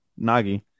Nagi